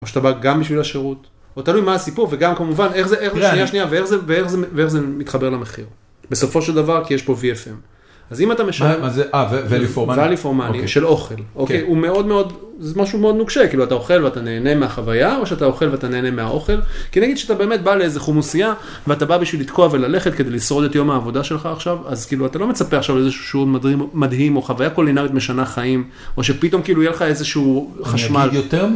או שאתה בא גם בשביל השירות, או תלוי מה הסיפור, וגם כמובן איך זה, איך זה, שנייה, שנייה, ואיך זה מתחבר למחיר. בסופו של דבר, כי יש פה VFM. אז אם אתה משלם, מה זה, אה וואליו פור מאני של אוכל, אוקיי, הוא מאוד מאוד, זה משהו מאוד נוקשה, כאילו, אתה אוכל ואתה נהנה מהחוויה, או שאתה אוכל ואתה נהנה מהאוכל, כי נגיד שאתה באמת בא לאיזו חומוסייה, ואתה בא בשביל לתקוע וללכת כדי לשרוד את יום העבודה שלך עכשיו, אז כאילו, אתה לא מצפה עכשיו לאיזשהו שירות מדהים, או חוויה קולינרית משנה חיים, או שפתאום כאילו יהיה לך איזשהו חשמל. נגיד יותר.